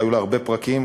שהיו לה הרבה פרקים,